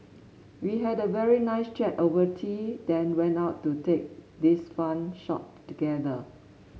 we had a very nice chat over tea then went out to take this fun shot together